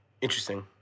Interesting